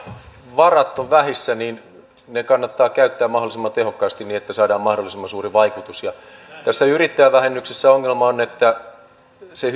varat ovat vähissä niin ne kannattaa käyttää mahdollisimman tehokkaasti niin että saadaan mahdollisimman suuri vaikutus tässä yrittäjävähennyksessä ongelma on että se